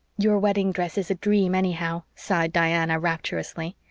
your wedding dress is a dream, anyhow, sighed diana rapturously.